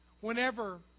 Whenever